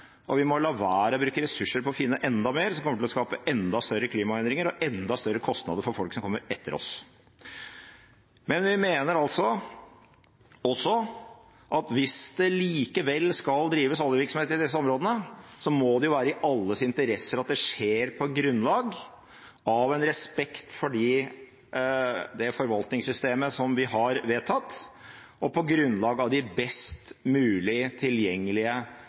og vi må la være å bruke ressurser på å finne enda mer som kommer til å skape enda større klimaendringer og enda større kostnader for folk som kommer etter oss. Men vi mener også at hvis det likevel skal drives oljevirksomhet i disse områdene, må det være i alles interesse at det skjer på grunnlag av respekt for det forvaltningssystemet vi har vedtatt, og på grunnlag av de best mulige, tilgjengelige